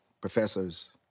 professors